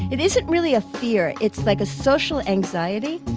it isn't really a fear. it's like a social anxiety,